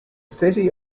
city